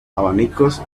abanicos